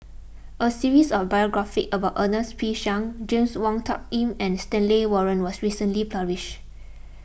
a series of biographies about Ernest P Shanks James Wong Tuck Yim and Stanley Warren was recently published